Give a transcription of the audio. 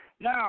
Now